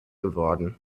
geworden